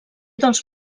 dels